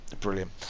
Brilliant